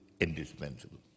indispensable